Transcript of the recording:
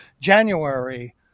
January